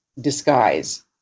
disguise